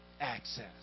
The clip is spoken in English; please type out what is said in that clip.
access